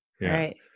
Right